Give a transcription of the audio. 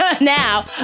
now